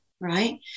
right